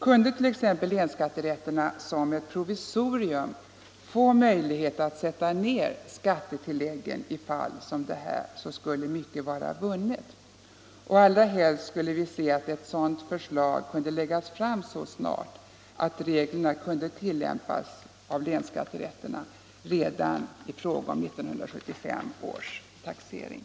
Kunde t.ex. länsskatterätterna som ett provisorium få möjlighet att sätta ned skattetilläggen i fall som detta, skulle mycket vara vunnet. Allra helst skulle vi se att ett sådant förslag kunde läggas fram så snart att reglerna kunåe tillämpas av länsskatterätterna redan i fråga om 1975 års taxering.